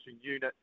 unit